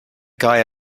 guy